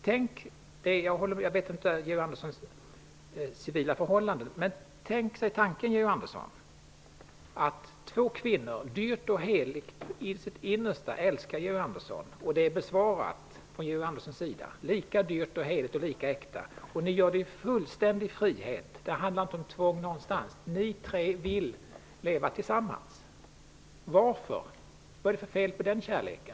Jag känner inte till Georg Anderssons civila förhållanden, men tänk tanken att två kvinnor dyrt och heligt i sitt innersta älskar Georg Andersson, att det är besvarat från hans sida, lika dyrt och heligt och äkta, att de gör det i fullständig frihet -- det handlar inte alls om tvång -- och att de tre vill leva tillsammans. Vad är det för fel på den kärleken?